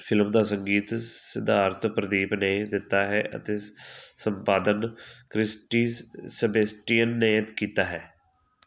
film ਦਾ ਸੰਗੀਤ ਸਿਧਾਰਥ ਪ੍ਰਦੀਪ ਨੇ ਦਿੱਤਾ ਹੈ ਅਤੇ ਸ ਸੰਪਾਦਨ ਕ੍ਰਿਸਟੀ ਸ ਸੇਬੇਸਟੀਅਨ ਨੇ ਕੀਤਾ ਹੈ